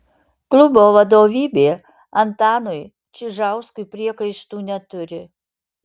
klubo vadovybė antanui čižauskui priekaištų neturi